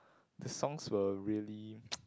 the songs were really